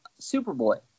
Superboy